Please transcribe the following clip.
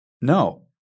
No